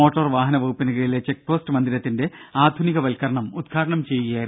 motor വാഹന വകുപ്പിന് കീഴിലെ ചെക്ക് പോസ്റ്റ് മന്ദിരത്തിന്റെ ആധുനികവത്ക്കരണം ഉദ്ഘാടനം ചെയ്യുകയായി രുന്നു മന്ത്രി